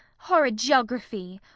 horrid geography!